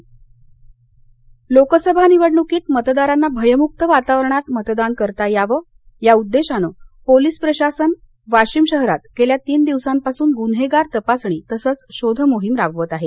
police कारवाई वाशिम लोकसभा निवडणुकीत मतदारांना भयमुक्त वातावरणात मतदान करता यावं याउद्देशानं पोलीस प्रशासन वाशिम शहरात गेल्या तीन दिवसांपासून गुन्हेगार तपासणी तसंच शोधमोहीम राबवत आहे